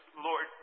Lord